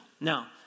Now